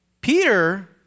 Peter